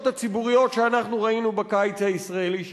הציבוריות של המחאה החברתית שאנחנו ראינו בקיץ הישראלי.